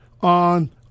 on